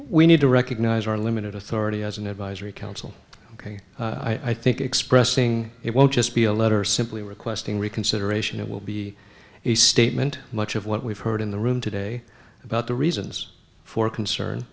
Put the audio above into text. we need to recognize our limited authority as an advisory council ok i think expressing it won't just be a letter simply requesting reconsideration it will be a statement much of what we've heard in the room today about the reasons for concern